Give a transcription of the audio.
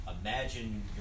imagine